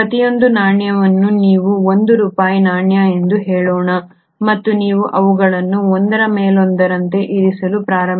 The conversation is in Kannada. ಪ್ರತಿಯೊಂದು ನಾಣ್ಯವನ್ನು ನೀವು 1 ರೂಪಾಯಿ ನಾಣ್ಯ ಎಂದು ಹೇಳೋಣ ಮತ್ತು ನೀವು ಅವುಗಳನ್ನು ಒಂದರ ಮೇಲೊಂದರಂತೆ ಇರಿಸಲು ಪ್ರಾರಂಭಿಸಿ